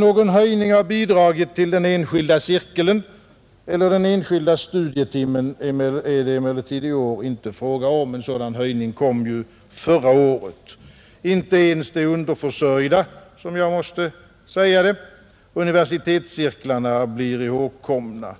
Någon höjning av bidraget till den enskilda cirkeln eller den enskilda studietimmen är det emellertid i år inte fråga om, En sådan höjning blev det ju förra året. Inte ens de underförsörjda — som jag måste beteckna dem — universitetscirklarna blir ihågkomna.